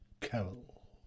Carol